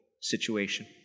situation